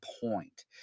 point